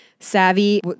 savvy